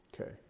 Okay